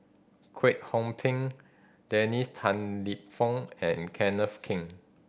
Kwek Hong Png Dennis Tan Lip Fong and Kenneth King